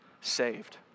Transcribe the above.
saved